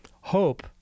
Hope